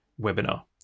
webinar